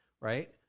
right